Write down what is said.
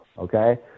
okay